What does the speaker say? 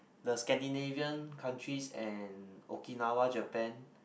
the Scandinavian countries and Okinawa Japan